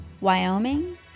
Wyoming